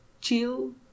chill